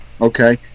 Okay